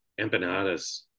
empanadas